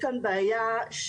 כנראה יש כאן בעיה ביישום.